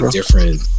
different